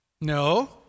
No